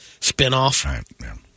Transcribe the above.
spinoff